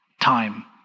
time